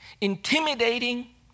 intimidating